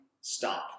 stop